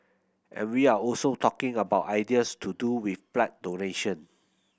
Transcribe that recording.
and we are also talking about ideas to do with blood donation